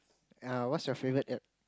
uh what's your favourite apps